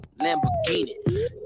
Lamborghini